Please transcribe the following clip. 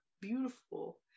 beautiful